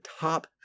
top